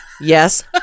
Yes